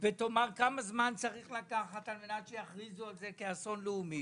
ובין היתר צריך לקבוע כמה זמן צריך לקחת עד שיכריזו על זה כאסון לאומי